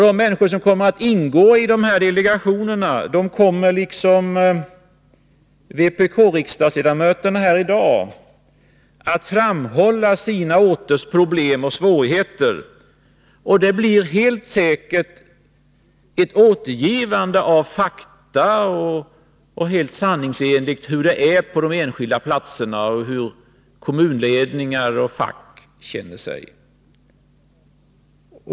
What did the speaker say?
De människor som kommer att ingå i dessa delegationer kommer, liksom vpk-riksdagsledamöterna här i dag, att framhålla sina orters problem och svårigheter. Det blir säkert ett helt sanningsenligt återgivande av fakta om hur det är på de enskilda platserna och om hur kommunledningar och fack känner sig.